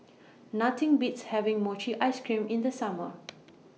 Nothing Beats having Mochi Ice Cream in The Summer